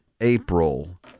April